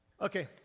Okay